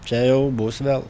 čia jau bus vėl